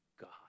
God